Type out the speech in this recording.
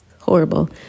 horrible